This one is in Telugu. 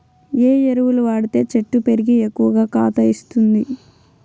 ఏ ఎరువులు వాడితే చెట్టు పెరిగి ఎక్కువగా కాత ఇస్తుంది?